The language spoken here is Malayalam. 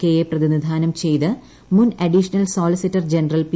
കെ യെ പ്രതിനിധാനം ചെയ്ത് മുൻ അഡീഷണൽ സോളിസിറ്റർ ജനറൽ പി